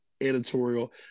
editorial